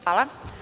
Hvala.